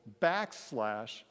backslash